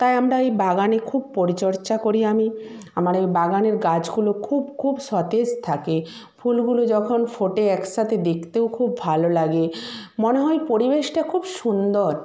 তাই আমরা এই বাগানে খুব পরিচর্যা করি আমি আমার এই বাগানের গাছগুলি খুব খুব সতেজ থাকে ফুলগুলি যখন ফোটে একসাথে দেখতেও খুব ভালো লাগে মনে হয় পরিবেশটা খুব সুন্দর